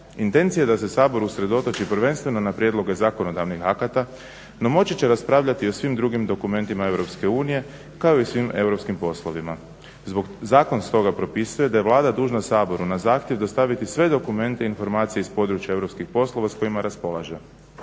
Intencija je da se Sabor usredotoči prvenstveno na prijedloge zakonodavnih akata, no moći će raspravljati i o svim drugim dokumentima Europske unije kao i svim europskim poslovima. Zakon stoga propisuje da je Vlada dužna Saboru na zahtjev dostaviti sve dokumente i informacije iz područja europskih poslova s kojima raspolaže.